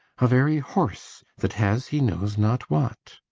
a very horse that has he knows not what!